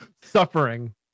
suffering